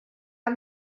amb